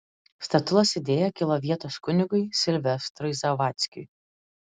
statulos idėja kilo vietos kunigui silvestrui zavadzkiui